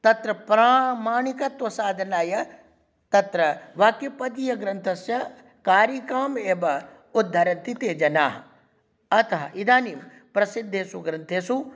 तत्र प्रामाणिकत्वसाधनाय तत्र वाक्यपदीयग्रन्थस्य कारिकां एव उद्धरन्ति ते जनाः अतः इदानीं प्रसिद्धेषु ग्रन्थेषु